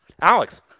Alex